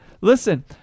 Listen